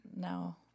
no